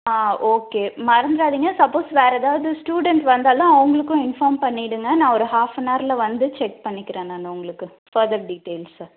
ஆ okay மறந்துறாதிங்க suppose வேறு எதாவது ஸ்டூடன்ஸ் வந்தாலும் அவங்களுக்கும் இன்ஃபார்ம் பண்ணிவிடுங்க நான் ஒரு ஹால்ஃப் அவரில் வந்து செக் பண்ணிக்கிறேன் நான் உங்களுக்கு பதர் டீட்டெயில்ஸ்